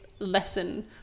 lesson